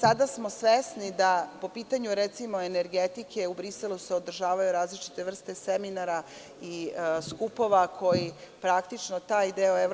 Sada smo svesni da po pitanju energetike u Briselu se održavaju različite vrste seminara i skupova koji praktično taj deo EU